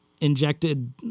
injected